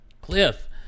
cliff